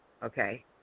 Okay